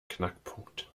knackpunkt